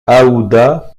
aouda